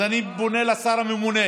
אז אני פונה לשר הממונה